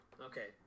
Okay